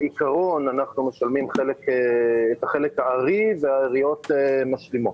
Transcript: בעיקרון אנחנו משלמים את החלק הארי והעיריות משלימות.